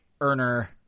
earner